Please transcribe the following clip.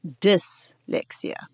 dyslexia